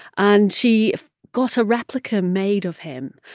and she got a replica made of him.